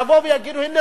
יבואו ויגידו: הנה,